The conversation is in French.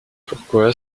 pourquoi